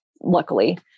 luckily